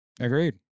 Agreed